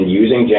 using